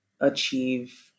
achieve